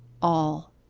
all